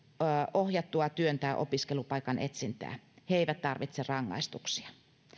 ohjattua työn tai opiskelupaikan etsintää he eivät tarvitse rangaistuksia